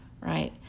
right